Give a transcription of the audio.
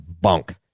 bunk